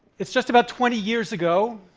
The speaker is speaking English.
it's just about twenty years ago,